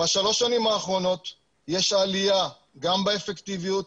בשלוש שנים האחרונות יש עליה גם באפקטיביות,